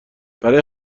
برای